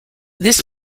this